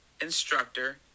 instructor